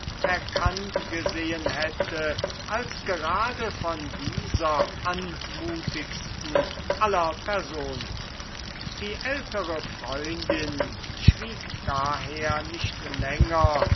erkannt gesehen hätte als gerade von dieser anmutigsten aller personen die ältere freundin schwieg daher nicht länger